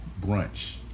Brunch